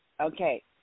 Okay